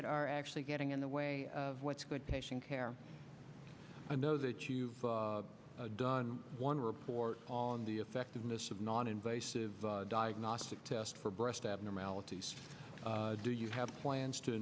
that are actually getting in the way of what's good patient care i know that you've done one report on the effectiveness of noninvasive diagnostic test for breast abnormalities do you have plans to